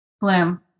bloom